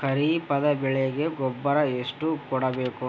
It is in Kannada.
ಖರೀಪದ ಬೆಳೆಗೆ ಗೊಬ್ಬರ ಎಷ್ಟು ಕೂಡಬೇಕು?